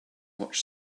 much